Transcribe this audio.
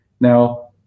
Now